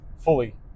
fully